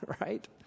right